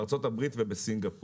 בארצות הברית ובסינגפור.